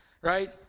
right